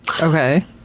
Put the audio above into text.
Okay